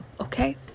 Okay